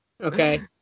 okay